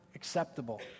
acceptable